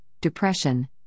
depression